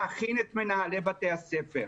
להכין את מנהלי בתי הספר,